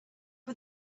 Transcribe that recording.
but